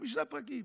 חמישה פרקים.